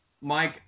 Mike